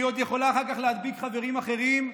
והיא עוד יכולה אחר כך להדביק חברים אחרים.